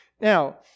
Now